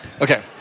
Okay